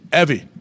Evie